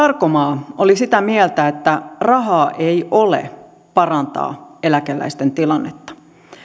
sarkomaa oli sitä mieltä että rahaa ei ole parantaa eläkeläisten tilannetta